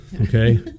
Okay